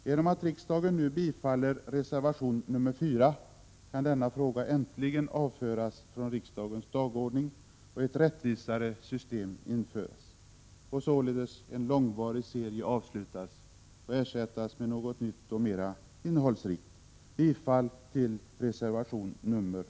Genom att riksdagen nu bifaller reservation nr 4 kan denna fråga äntligen avföras från riksdagens dagordning och ett rättvisare system införas, och således en långvarig serie avslutas och ersättas med något nytt och mera innehållsrikt. Jag yrkar bifall till reservation nr 4.